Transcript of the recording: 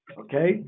okay